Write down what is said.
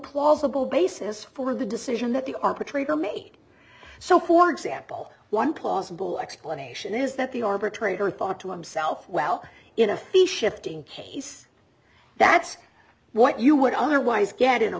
plausible basis for the decision that the arbitrator made so for example one plausible explanation is that the arbitrator thought to himself well in a fee shifting case that's what you would otherwise get in a